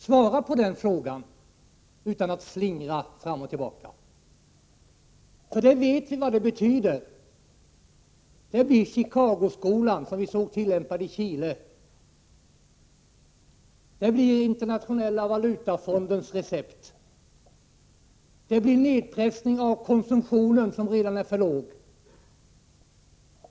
Svara på den frågan utan att slingra fram och tillbaka. Vi vet vad det betyder. Det blir Chicagoskolan som vi såg tillämpad i Chile. Det blir Internationella valutafondens recept. Det blir nedpressning av konsumtionen, som redan är för låg.